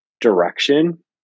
direction